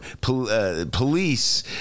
police